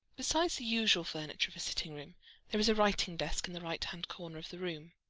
besides the usual furniture of a sitting-room there is a writing-desk in the right-hand corner of the room.